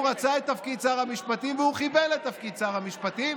הוא רצה את תפקיד שר המשפטים והוא כיוון לתפקיד שר המשפטים